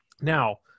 Now